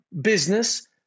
business